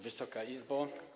Wysoka Izbo!